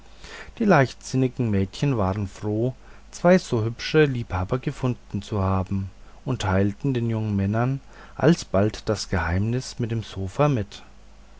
die leichtsinnigen mädchen waren froh zwei so hübsche liebhaber gefunden zu haben und teilten den jungen männern alsobald das geheimnis mit dem sofa mit